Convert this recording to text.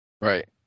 Right